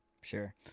Sure